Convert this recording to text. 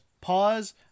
pause